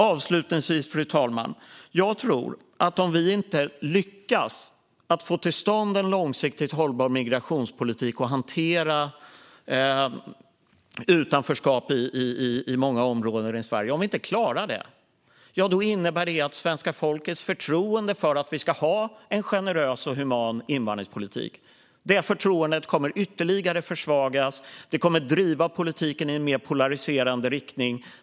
Avslutningsvis, fru talman: Om vi inte lyckas få till stånd en långsiktigt hållbar migrationspolitik och inte klarar att hantera utanförskapet i många områden i Sverige tror jag att det kommer att innebära att folkets förtroende för att vi ska ha en generös och human invandringspolitik ytterligare försvagas. Det kommer att driva politiken i en mer polariserande riktning.